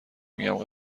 میگم